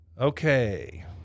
Okay